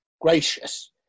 gracious